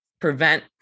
prevent